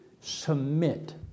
submit